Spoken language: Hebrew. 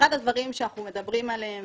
אחד הדברים שאנחנו מדברים עליהם